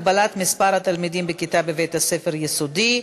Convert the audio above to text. הגבלת מספר התלמידים בכיתה בבית-ספר יסודי),